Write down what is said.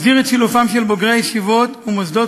מסדיר את שילובם של בוגרי ישיבות ומוסדות